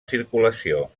circulació